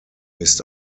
ist